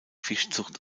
fischzucht